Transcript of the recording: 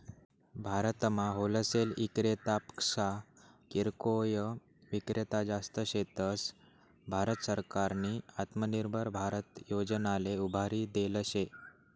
भारतमा होलसेल इक्रेतापक्सा किरकोय ईक्रेता जास्त शेतस, भारत सरकारनी आत्मनिर्भर भारत योजनाले उभारी देल शे